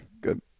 good